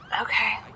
Okay